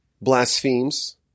blasphemes